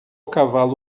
cavalo